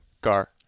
Car